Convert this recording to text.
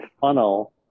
funnel